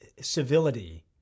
civility